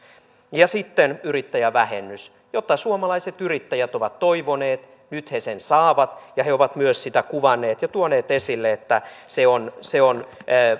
sitten yrittäjävähennys jota suomalaiset yrittäjät ovat toivoneet nyt he sen saavat ja he ovat myös sitä kuvanneet ja tuoneet esille että se on se on